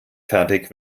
fertig